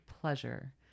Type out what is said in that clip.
PLEASURE